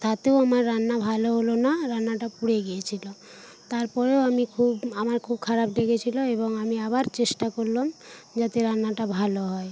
তাতেও আমার রান্না ভালো হলো না রান্নাটা পুড়ে গিয়েছিল তার পরেও আমি খুব আমার খুব খারাপ লেগেছিল এবং আমি আবার চেষ্টা করলাম যাতে রান্নাটা ভালো হয়